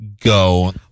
go